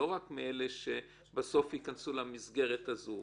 לא רק על אלה שבסוף ייכנסו למסגרת הזאת,